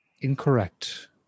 Incorrect